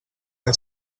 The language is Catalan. què